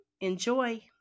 enjoy